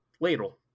ladle